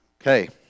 Okay